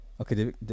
Okay